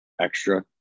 extra